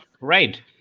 right